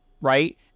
Right